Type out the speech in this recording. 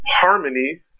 Harmony